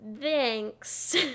Thanks